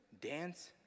dance